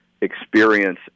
experience